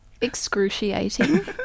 excruciating